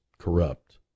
Corrupt